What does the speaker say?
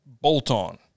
bolt-on